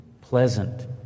pleasant